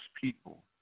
people